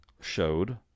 showed